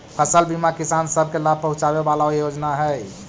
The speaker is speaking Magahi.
फसल बीमा किसान सब के लाभ पहुंचाबे वाला योजना हई